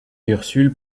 ursule